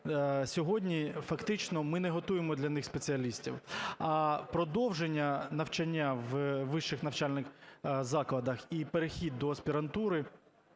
сьогодні фактично ми не готуємо для них спеціалістів. А продовження навчання у вищих навчальних закладах і перехід до аспірантури,